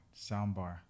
Soundbar